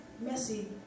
messy